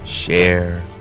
share